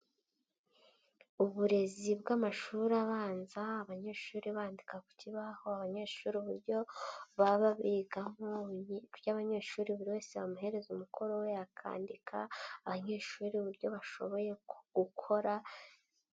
Aburezi bw'amashuri abanza, abanyeshuri bandika ku kibaho, abanyeshuri uburyo baba bigamo, abanyeshuri buri wese amahereza umukoro we akandika, abanyeshuri uburyo bashoboye gukora.